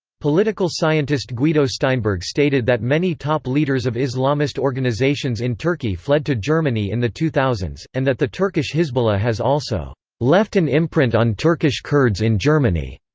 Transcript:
political scientist guido steinberg stated that many top leaders of islamist organizations in turkey fled to germany in the two thousand s, and that the turkish hizbullah has also left an imprint on turkish kurds in germany.